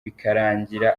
bikarangira